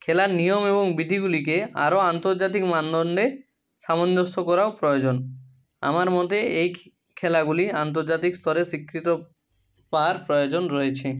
খেলার নিয়ম এবং বিধিগুলিকে আরও আন্তর্জাতিক মানদণ্ডে সামঞ্জস্য করাও প্রয়োজন আমার মতে এই খেলাগুলি আন্তর্জাতিক স্তরে স্বীকৃত পাওয়ার প্রয়োজন রয়েছে